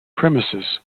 premises